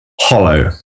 hollow